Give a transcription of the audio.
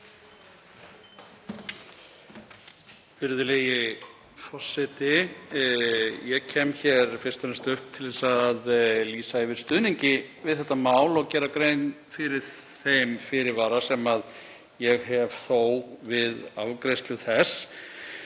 Virðulegi forseti. Ég kem hingað upp fyrst og fremst til að lýsa yfir stuðningi við þetta mál og gera grein fyrir þeim fyrirvara sem ég hef þó við afgreiðslu þess.